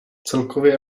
celkově